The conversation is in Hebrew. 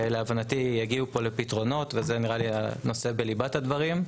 להבנתי יגיעו פה לפתרונות וזה נראה לי הנושא בליבת הדברים.